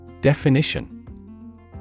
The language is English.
definition